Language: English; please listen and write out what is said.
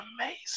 amazing